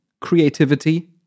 creativity